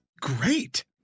great